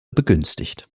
begünstigt